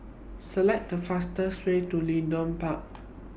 Select The fastest Way to Leedon Park